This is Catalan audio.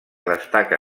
destaca